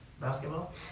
Basketball